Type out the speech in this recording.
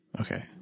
Okay